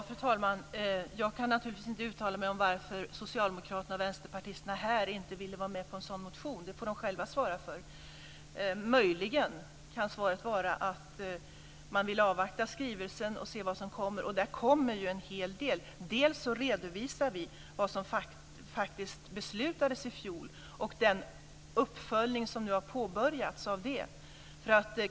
Fru talman! Jag kan naturligtvis inte uttala mig om varför socialdemokraterna och vänsterpartisterna här inte ville vara med på en sådan motion. Det får de själva svara för. Möjligen kan svaret vara att man vill avvakta skrivelsen och se vad som kommer. Där kommer ju en hel del. Vi redovisar där dels vad som faktiskt beslutades i fjol, dels den uppföljning som har påbörjats.